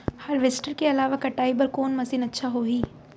Harvester के अलावा कटाई बर कोन मशीन अच्छा होही?